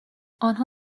آنها